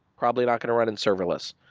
probably not going to run in serverless.